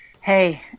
Hey